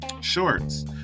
shorts